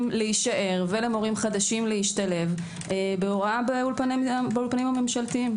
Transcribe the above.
להישאר ולמורים חדשים להשתלב בהוראה באולפנים הממשלתיים.